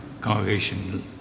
congregation